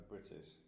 British